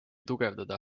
tugevdada